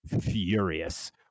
furious